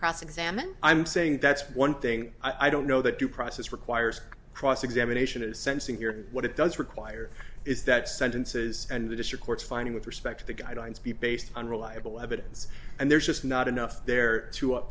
cross examine i'm saying that's one thing i don't know that due process requires cross examination is sensing here what it does require is that sentences and the district courts finding with respect to the guidelines be based on reliable evidence and there's just not enough there to up